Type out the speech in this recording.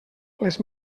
les